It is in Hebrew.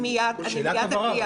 זו שאלת הבהרה.